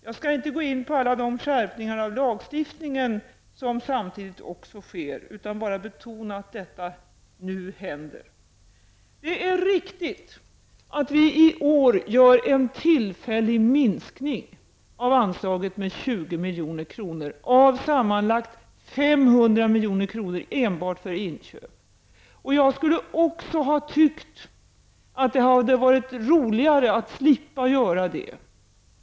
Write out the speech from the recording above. Jag skall inte gå in på alla de skärpningar lagstiftningen som också sker. Jag vill bara betona att detta nu händer. Det är riktigt att vi i år tillfälligt minskar anslaget med 20 milj.kr. av sammanlagt 500 milj.kr. enbart för inköp. Det skulle ha varit roligare att slippa göra det.